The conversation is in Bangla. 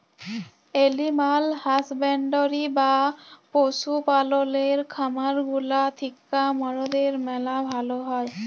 এলিম্যাল হাসব্যান্ডরি বা পশু পাললের খামার গুলা থিক্যা মরদের ম্যালা ভালা হ্যয়